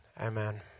Amen